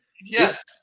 Yes